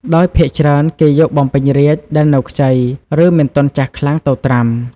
ដោយភាគច្រើនគេយកបំពេញរាជ្យដែលនៅខ្ចី ឬមិនទាន់ចាស់ខ្លាំងទៅត្រាំ។